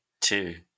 two